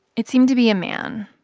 it seemed to be a man.